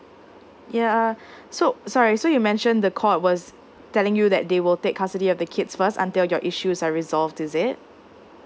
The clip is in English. yeah so sorry so you mentioned the court was telling you that they will take custody of the kids first until your issues are resolved is it